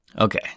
Okay